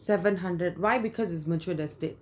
seven hundred why because it's mature estate